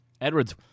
Edwards